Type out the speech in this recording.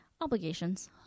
Obligations